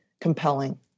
compelling